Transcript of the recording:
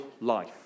life